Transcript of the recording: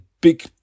big